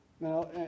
Now